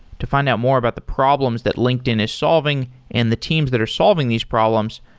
to find out more about the problems that linkedin is solving and the teams that are solving these problems,